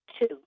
Two